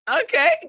Okay